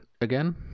again